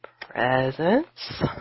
Presents